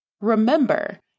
Remember